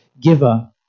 giver